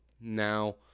Now